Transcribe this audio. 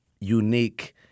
unique